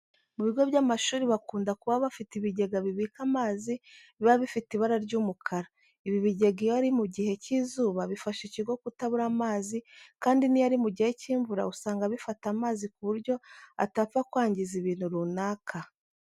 Mu bigo by'amashuri bakunda kuba bafite ibigega bibika amazi biba bifite ibara ry'umukara. Ibi bigega iyo ari mu gihe cy'izuba bifasha ikigo kutabura amazi kandi n'iyo ari mu gihe cy'imvura usanga bifata amazi ku buryo atapfa kwangiza ibintu runaka.